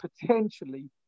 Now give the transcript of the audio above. potentially